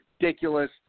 ridiculous